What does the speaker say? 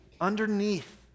underneath